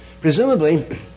Presumably